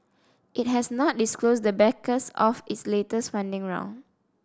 it has not disclosed the backers of its latest funding round